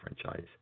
franchise